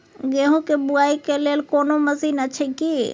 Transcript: गेहूँ के बुआई के लेल कोनो मसीन अछि की?